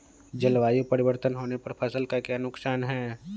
जलवायु परिवर्तन होने पर फसल का क्या नुकसान है?